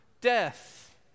death